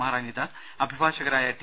R Anita അഭിഭാഷകരായ T